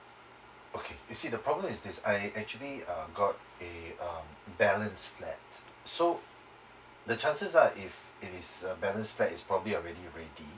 okay you see the problem is this I actually um got a um balanced flat so the chances are if it is a balance flat it's probably already ready